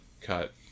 cut